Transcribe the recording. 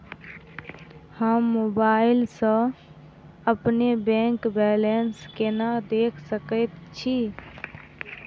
हम मोबाइल सा अपने बैंक बैलेंस केना देख सकैत छी?